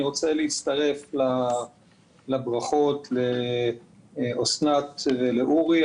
אני רוצה להצטרף לברכות לאסנת ולאורי.